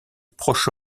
proche